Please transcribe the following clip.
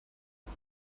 als